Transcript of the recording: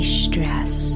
stress